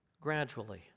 gradually